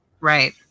right